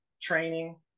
training